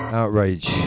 outrage